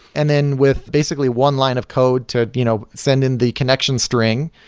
and then with basically one line of code to you know send in the connection string,